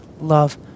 love